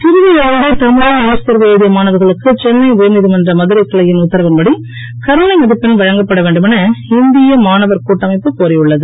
புதுவையில் இருந்து தமிழில் நீட் தேர்வு எழுதிய மாணவர்களுக்கு சென்னை உயர் நீதிமன்ற மதுரைக் கிளையின் உத்தரவின் படி கருணை மதிப்பெண் வழங்கப்பட வேண்டுமென இந்திய மாணவர் கூட்டமைப்பு கோரியுள்ளது